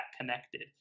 connected